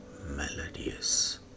melodious